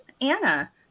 Anna